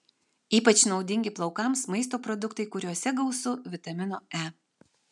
ypač naudingi plaukams maisto produktai kuriuose gausu vitamino e